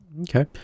okay